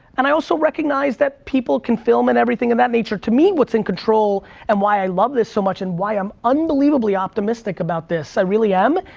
and i also recognize that people can film and everything in that nature. to me, what's in control and why i love this so much and why i'm unbelievably optimistic about this, i really am,